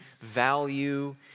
value